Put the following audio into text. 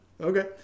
Okay